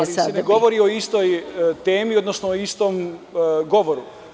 Ali se ne govori o istoj temi, odnosno o istom govoru.